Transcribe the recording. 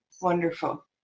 wonderful